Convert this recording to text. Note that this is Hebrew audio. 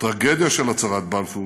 הטרגדיה של הצהרת בלפור